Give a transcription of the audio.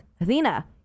Athena